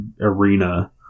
arena